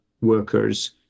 workers